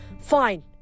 Fine